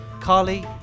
Carly